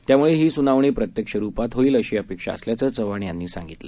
त्यामुळे ही सुनावणी प्रत्यक्ष रूपात होईल अशी अपेक्षा असल्याचं चव्हाण यांनी सांगितलं